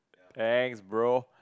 thanks bro